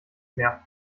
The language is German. mehr